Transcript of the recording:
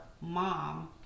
mom